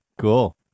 Cool